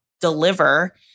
deliver